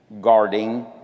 Guarding